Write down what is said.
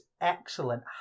excellent